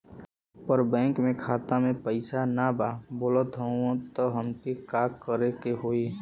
पर बैंक मे खाता मे पयीसा ना बा बोलत हउँव तब हमके का करे के होहीं?